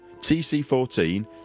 TC-14